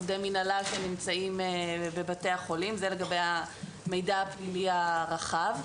עובדי מנהלה שנמצאים בבתי החולים זה לגבי המידע הפלילי הרחב.